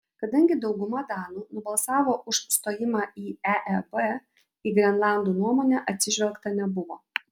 kadangi dauguma danų nubalsavo už stojimą į eeb į grenlandų nuomonę atsižvelgta nebuvo